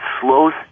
slows